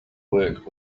work